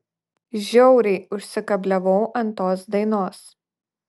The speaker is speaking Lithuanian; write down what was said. žiauriai užsikabliavau ant tos dainos